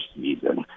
season